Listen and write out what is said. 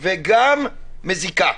וגם מזיקה.